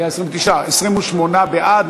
היה 29. 28 בעד,